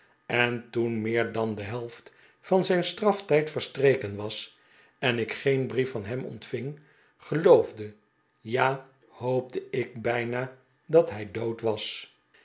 en toen meer dan de helft van zijn straftijd verstreken was en ik geen brief van hem ontving geloof de ja hoopte ik bijna dat hij dood was